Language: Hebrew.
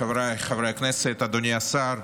חבריי חברי הכנסת, אדוני השר,